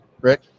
Rick